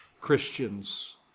Christians